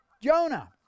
Jonah